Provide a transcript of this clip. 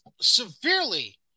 severely